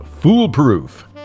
foolproof